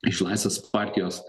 iš laisvės partijos